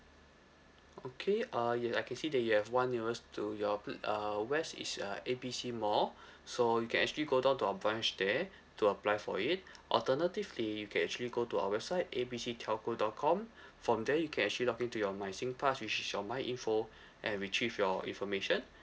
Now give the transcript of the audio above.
okay uh yes I can see that you have one nearest to your pl~ uh west is uh A B C mall so you can actually go down to our branch there to apply for it alternatively you can actually go to our website A B C telco dot com from there you can actually log in to your my sing pass which is your my info and retrieve your information